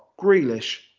Grealish